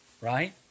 right